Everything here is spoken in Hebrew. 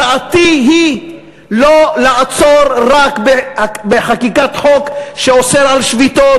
הצעתי היא לא לעצור רק בחקיקת חוק שאוסר שביתות